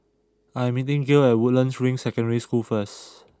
I am meeting Gael at Woodlands Ring Secondary School first